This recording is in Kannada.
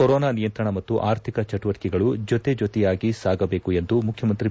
ಕೊರೊನಾ ನಿಯಂತ್ರಣ ಮತ್ತು ಆರ್ಥಿಕ ಚಟುವಟಿಕೆಗಳು ಜೊತೆ ಜೊತೆಯಾಗಿ ಸಾಗಬೇಕು ಎಂದು ಮುಖ್ಯಮಂತ್ರಿ ಬಿ